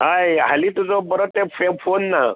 हय हालीं तुजो बरो तेप फोन ना